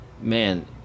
man